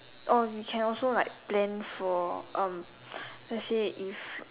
oh you can also like plan for um let's say if